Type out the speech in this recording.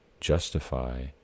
justify